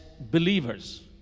believers